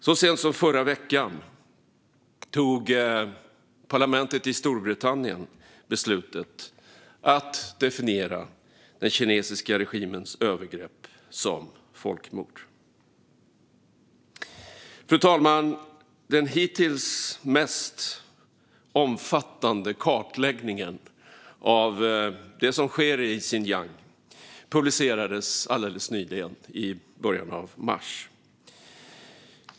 Så sent som i förra veckan tog parlamentet i Storbritannien beslutet att definiera den kinesiska regimens övergrepp som folkmord. Fru talman! Den hittills mest omfattande kartläggningen av det som sker i Xinjiang publicerades alldeles nyligen, i början av mars.